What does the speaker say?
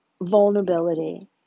vulnerability